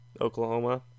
Oklahoma